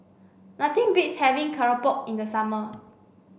nothing beats having Keropok in the summer